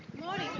Morning